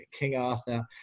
KingArthur